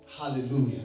Hallelujah